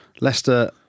Leicester